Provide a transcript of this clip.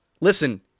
Listen